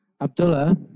Abdullah